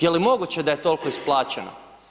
Je li moguće da je toliko isplaćeno?